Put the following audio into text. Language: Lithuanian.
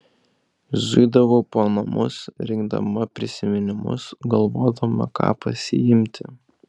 zuidavau po namus rinkdama prisiminimus galvodama ką pasiimti